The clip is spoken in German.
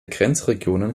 grenzregionen